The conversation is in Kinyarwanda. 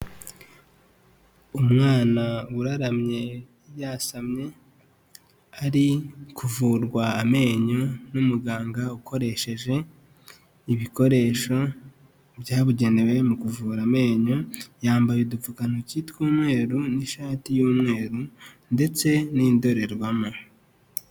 Umwana uraramye yasamye, ari kuvurwa amenyo n'umuganga ukoresheje ibikoresho byabugenewe mu kuvura amenyo, yambaye udupfukantoki tw'umweru n'ishati y'umweru ndetse n'indorerwamo.